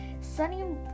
Sunny